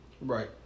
Right